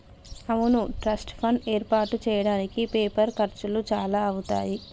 అవును trust fund ఏర్పాటు చేయడానికి పేపర్ ఖర్చులు చాలా అవుతాయి